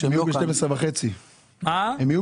האם יכול